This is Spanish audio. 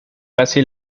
casi